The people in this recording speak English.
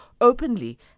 openly